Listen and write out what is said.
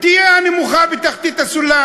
מצוקה ביטחונית קיצונית.